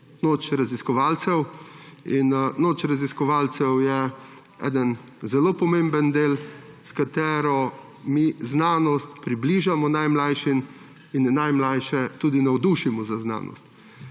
noč raziskovalcev. Noč raziskovalcev je en zelo pomemben del, s katerim mi znanost približamo najmlajšim in najmlajše tudi navdušimo za znanost.